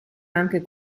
anche